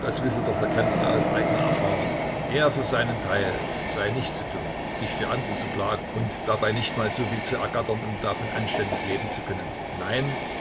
das wisse doch der klempner aus eigener erfahrung er für sein teil sei nicht so dumm sich für andere zu plagen und dabei nicht mal soviel zu ergattern um davon anständig leben zu können nein